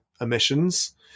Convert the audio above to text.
emissions